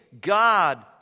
God